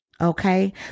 Okay